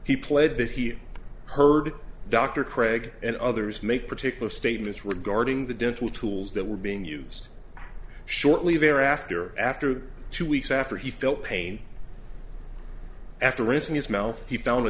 he pled that he heard dr craig and others make particular statements regarding the dental tools that were being used shortly thereafter after two weeks after he felt pain after raising his mouth he found a